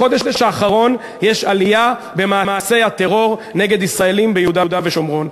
בחודש האחרון יש עלייה במעשי הטרור נגד ישראלים ביהודה ושומרון.